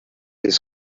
his